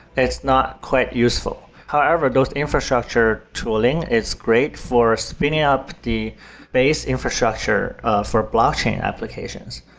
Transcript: it's not quite useful. however, those infrastructure tooling is great for spinning up the base infrastructure ah for blockchain applications,